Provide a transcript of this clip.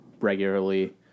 regularly